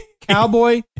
cowboy